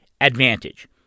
ADVANTAGE